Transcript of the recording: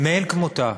מאין כמותה,